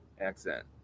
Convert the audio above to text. accent